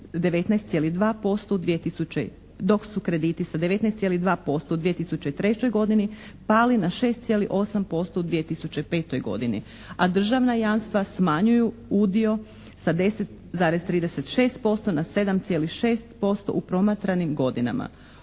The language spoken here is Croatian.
dok su krediti sa 19,2% u 2003. godini pali na 6,8% u 2005. godini a državna jamstva smanjuju udio sa 10,36% na 7,6% u promatranim godinama.